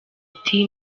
ati